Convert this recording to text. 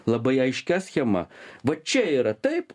labai aiškia schema va čia yra taip